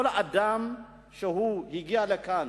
לגבי כל אדם שהגיע לכאן